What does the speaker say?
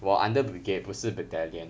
我 under brigade 不是 battalion